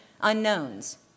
unknowns